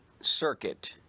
circuit